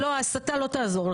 לא, ההסתה לא תעזור לך.